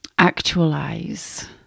actualize